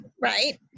right